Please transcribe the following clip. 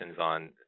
on